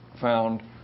found